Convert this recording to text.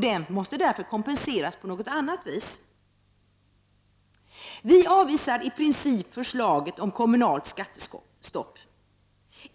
Den måste därför kompenseras på något annat vis. Vi avvisar i princip förslaget om kommunalt skattestopp.